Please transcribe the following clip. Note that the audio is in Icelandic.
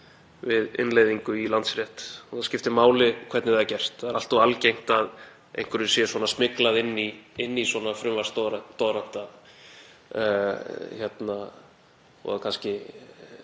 við innleiðingu í landsrétt og það skiptir máli hvernig það er gert. Það er allt of algengt að einhverju sé smyglað inn í svona frumvarpsdoðranta og þingið